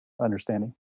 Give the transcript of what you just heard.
understanding